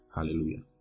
Hallelujah